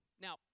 Now